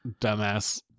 dumbass